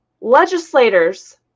Legislators